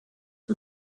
for